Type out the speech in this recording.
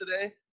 today